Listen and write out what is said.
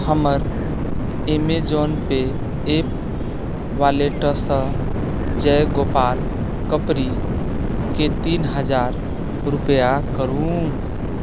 हमर Amazon pay app वॉलेटसँ जयगोपाल कपड़िकेँ तीन हजार रूपैआ करू